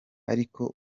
ariko